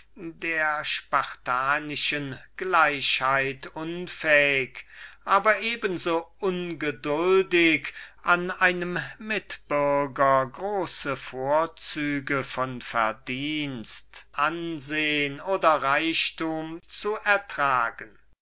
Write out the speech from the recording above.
der spartanischen gleichheit unfähig aber eben so ungeduldig an einem mitbürger große vorzüge an verdiensten ansehen oder reichtum zu ertragen